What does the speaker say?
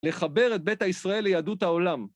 לחבר את ביתא ישראל ליהדות העולם.